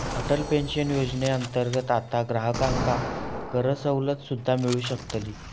Atal pension योजनेअंतर्गत आता ग्राहकांका करसवलत सुद्दा मिळू शकतली